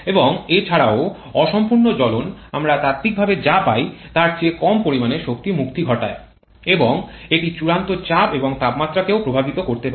এবং এছাড়াও অসম্পূর্ণ জ্বলন আমরা তাত্ত্বিকভাবে যা পাই তার চেয়ে কম পরিমাণে শক্তি মুক্তি ঘটায় এবং এটি চূড়ান্ত চাপ এবং তাপমাত্রাকেও প্রভাবিত করতে পারে